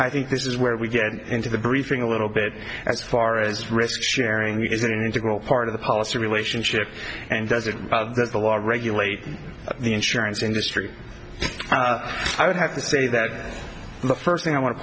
i think this is where we get into the briefing a little bit as far as risk sharing is an integral part of the policy relationship and does it that's the law regulating the insurance industry i would have to say that the first thing i want to